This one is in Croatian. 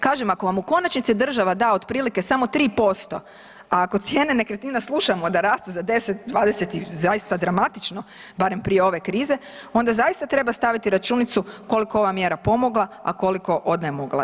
Kažem, ako vam u konačnici država da otprilike samo 3%, a ako cijene nekretnina slušamo da rastu za 10, 20, i zaista dramatično, barem prije ove krize, onda zaista treba staviti računicu, koliko je ova mjera pomogla, a koliko odnemogla.